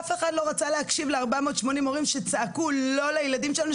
אף אחד לא רצה להקשיב ל-480 הורים שצעקו "לא" לילדים שלנו,